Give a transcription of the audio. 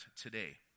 today